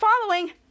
following